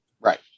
Right